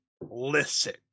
listen